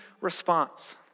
response